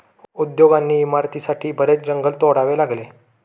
उद्योग आणि इमारतींसाठी बरेच जंगल तोडावे लागले